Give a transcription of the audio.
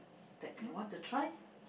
that you want to try